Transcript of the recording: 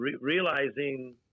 realizing